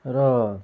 र